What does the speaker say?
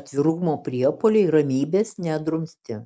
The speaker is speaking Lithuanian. atvirumo priepuoliai ramybės nedrumstė